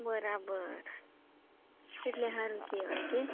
બરાબર એટલે સારું કહેવાય કે